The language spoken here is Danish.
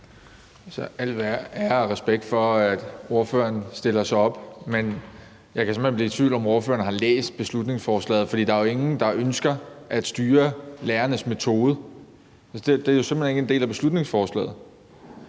ære og respekt for, at ordføreren stiller op, men jeg kan simpelt hen blive i tvivl om, om ordføreren har læst beslutningsforslaget. Der er jo ingen, der ønsker at styre lærernes metode – det er jo simpelt hen ikke en del af beslutningsforslaget.